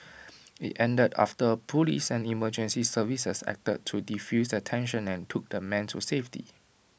IT ended after Police and emergency services acted to defuse the tension and took the man to safety